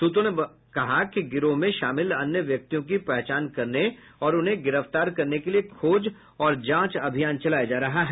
सूत्रों ने कहा कि गिरोह में शामिल अन्य व्यक्तियों की पहचान करने और उन्हें गिरफ्तार करने के लिए खोज और जांच अभियान चलाया जा रहा है